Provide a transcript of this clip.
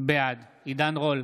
בעד עידן רול,